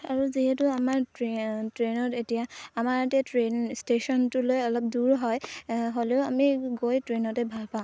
আৰু যিহেতু আমাৰ ট্ৰেইনত এতিয়া আমাৰ এতিয়া ট্ৰেইন ষ্টেচনটোলৈ অলপ দূৰ হয় হ'লেও আমি গৈ ট্ৰেইনতে ভাল পাওঁ